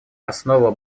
основа